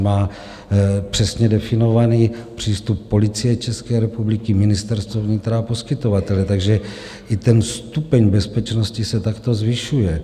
Má přesně definovaný přístup Policie České republiky, Ministerstvo vnitra a poskytovatelé, takže i stupeň bezpečnosti se takto zvyšuje.